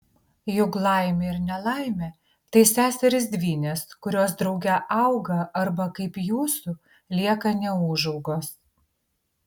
juk laimė ir nelaimė tai seserys dvynės kurios drauge auga arba kaip jūsų lieka neūžaugos